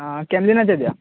आ केमलिनाचे दिया